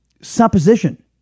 supposition